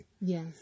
Yes